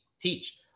teach